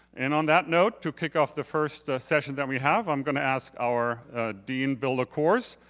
and on that note to kick off the first session that we have, i'm gonna ask our dean builder course.